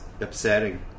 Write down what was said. upsetting